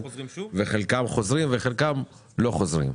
חלקם חוזרים לכאן וחלקם לא חוזרים.